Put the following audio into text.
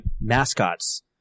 mascots